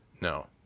No